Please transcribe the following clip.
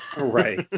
Right